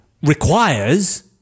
Requires